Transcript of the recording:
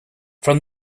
from